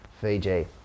Fiji